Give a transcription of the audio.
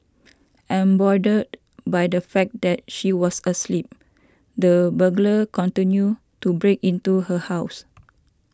emboldened by the fact that she was asleep the burglar continued to break into her house